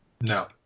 no